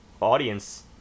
audience